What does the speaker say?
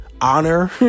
Honor